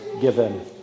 given